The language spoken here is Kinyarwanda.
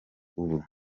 ubu